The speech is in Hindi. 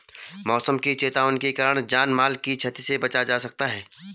मौसम की चेतावनी के कारण जान माल की छती से बचा जा सकता है